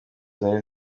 zari